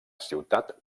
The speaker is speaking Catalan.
ciutat